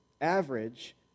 average